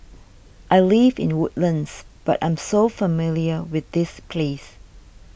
I live in Woodlands but I'm so familiar with this place